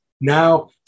now